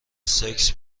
سکس